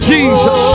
Jesus